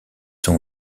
son